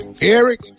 eric